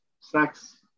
sex